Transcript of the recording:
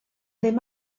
ddim